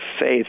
faith